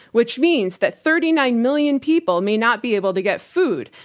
which means that thirty nine million people may not be able to get food.